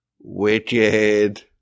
wicked